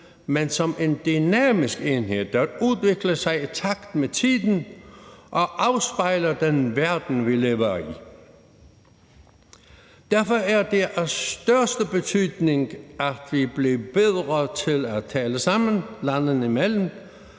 men som en dynamisk enhed, der udvikler sig i takt med tiden og afspejler den verden, vi lever i. Derfor er det af største betydning, at vi bliver bedre til at tale sammen landene imellem,